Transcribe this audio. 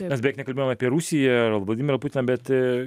mes beveik nekalbėjom apie rusiją ir vladimirą putiną bet